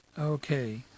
Okay